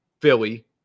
Philly